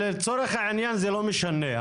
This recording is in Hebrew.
לצורך העניין זה לא משנה,